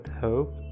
hope